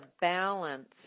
balance